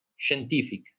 scientific